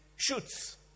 shoots